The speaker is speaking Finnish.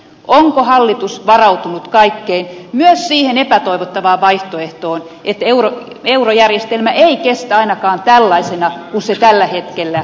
onko hallitus varautunut kaikkeen myös siihen epätoivottavaan vaihtoehtoon että eurojärjestelmä ei kestä ainakaan tällaisena kuin se tällä hetkellä on